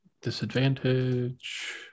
Disadvantage